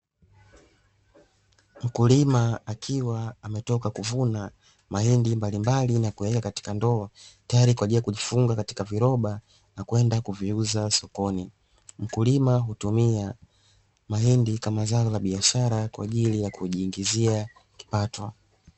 Mkulima akiwa ametoka kuvuna mahindi mbalimbali na kuyaweka katika ndoo, tayari kwa kuyafunga na kuyaweka katika viroba, na kwenda kuviuza sokoni. Mkulima hutumia mahindi kama zao la biashara kwa ajili ya kujiingizia kipato.